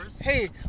hey